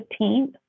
15th